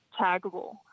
taggable